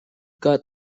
got